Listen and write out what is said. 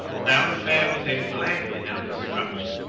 and our affair with him will end in our destruction,